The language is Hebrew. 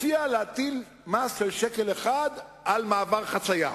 הציע להטיל מס של שקל אחד על מעבר חצייה